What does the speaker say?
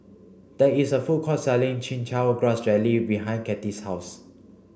there is a food court selling chin chow grass jelly behind Cathie's house